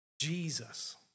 Jesus